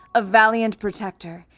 a valiant protector,